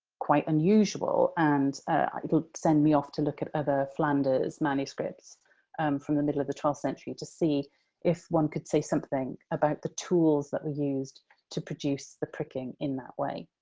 quite unusual. and it'll send me off to look at other flanders manuscripts from the middle of the twelfth century, to see if one could say something about the tools that were used to produce the pricking in that way.